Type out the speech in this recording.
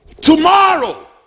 Tomorrow